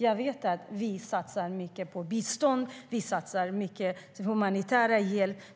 Jag vet att vi satsar mycket på bistånd. Vi satsar mycket på humanitär hjälp.